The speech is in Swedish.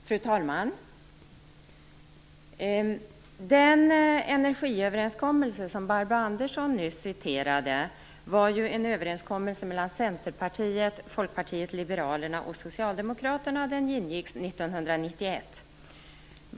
Fru talman! Den energiöverenskommelse som Barbro Andersson nyss återgav var en överenskommelse mellan Centerpartiet, Folkpartiet liberalerna och Socialdemokraterna som ingicks 1991.